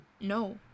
No